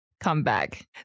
comeback